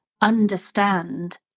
understand